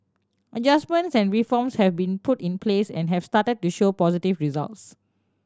adjustments and reforms have been put in place and have started to show positive results